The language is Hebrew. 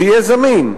זה יהיה זמין.